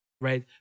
Right